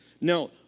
Now